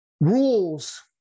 rules